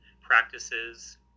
practices